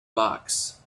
box